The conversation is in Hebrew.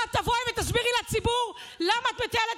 את תבואי ותסבירי לציבור למה את מטיילת